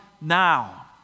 now